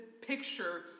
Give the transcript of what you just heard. picture